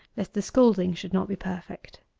lest the scalding should not be perfect.